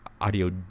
audio